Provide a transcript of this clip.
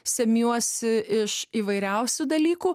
semiuosi iš įvairiausių dalykų